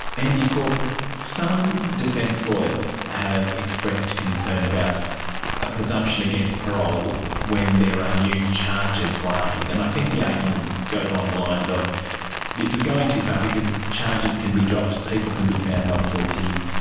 andy corp, some defence lawyers have expressed concern about a presumption against parole when there are new charges laid. and i think the argument goes along the lines of this is going too far because charges can be dropped, people can be found not guilty,